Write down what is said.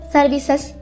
Services